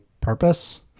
purpose